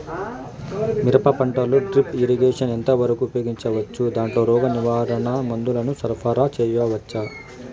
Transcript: మిరప పంటలో drip irrigation ఎంత వరకు ఉపయోగించవచ్చు, దాంట్లో రోగ నివారణ మందుల ను సరఫరా చేయవచ్చా?